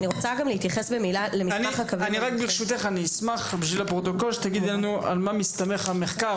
אשמח בשביל הפרוטוקול שתגידי לנו על מה מסתמך המחקר?